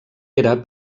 era